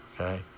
okay